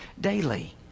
daily